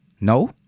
No